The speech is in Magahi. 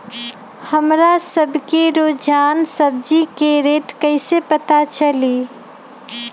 हमरा सब के रोजान सब्जी के रेट कईसे पता चली?